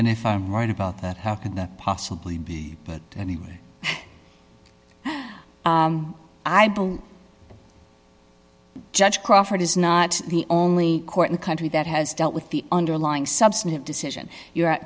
and if i'm right about that how could that possibly be but anyway i believe judge crawford is not the only court in the country that has dealt with the underlying substantive decision your